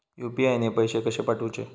UPI ने पैशे कशे पाठवूचे?